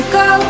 go